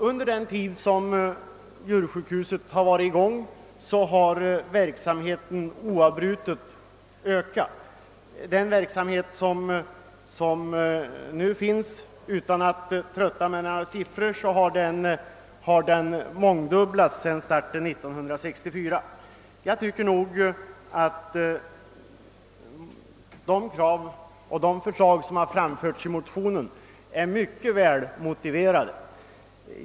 Under den tid som djursjukhuset har varit i funktion har dess verksamhet oavbrutet ökats; sedan starten år 1964 har den faktiskt mångdubblats. De förslag som har framlagts i motionerna är enligt min mening mycket välmotiverade.